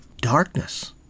darkness